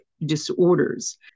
disorders